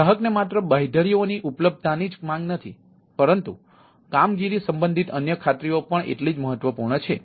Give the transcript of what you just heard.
ગ્રાહકને માત્ર બાંયધરીઓની ઉપલબ્ધતાની જ માંગ નથી પરંતુ કામગીરી સંબંધિત અન્ય ખાતરી ઓ પણ એટલી જ મહત્વપૂર્ણ છે